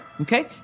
okay